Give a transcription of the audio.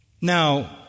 Now